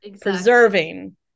preserving